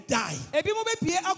die